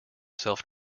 self